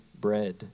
bread